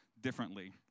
differently